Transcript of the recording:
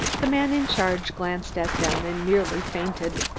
the man in charge glanced at them and nearly fainted.